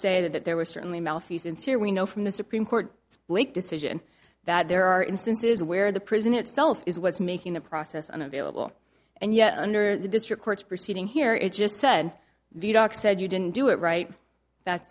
say that there was certainly malfeasance here we know from the supreme court decision that there are instances where the prison itself is what's making the process unavailable and yet under the district court's proceeding here it just said the doc said you didn't do it right